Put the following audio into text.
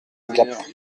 gap